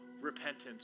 repentance